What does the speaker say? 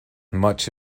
much